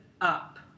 up